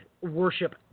worship